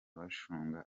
bashunga